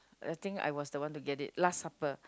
I think I was the one to get it last supper